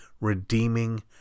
redeeming